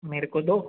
मेरे को दो